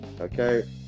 Okay